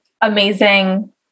Amazing